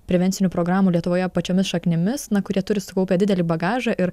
prevencinių programų lietuvoje pačiomis šaknimis na kurie turi sukaupę didelį bagažą ir